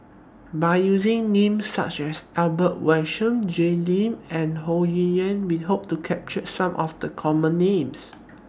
By using Names such as Albert Jay Lim and Ho Yuen We Hope to capture Some of The Common Names